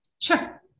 Sure